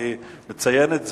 אני מציין את זה,